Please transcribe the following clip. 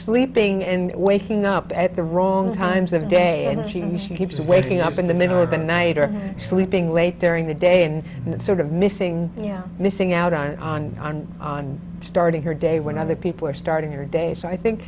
sleeping and waking up at the wrong times of day and she just keeps waking up in the middle of a night or sleeping late during the day and it's sort of missing yeah missing out on on on on starting her day when other people are starting your day so i think